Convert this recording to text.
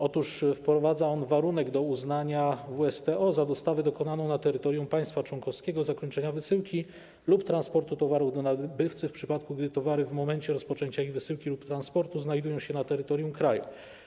Otóż wprowadza on warunek uznania WSTO za dostawę dokonaną na terytorium państwa członkowskiego, zakończenia wysyłki lub transportu towarów do nabywcy w przypadku, gdy towary w momencie rozpoczęcia ich wysyłki lub transportu znajdują się na terytorium kraju.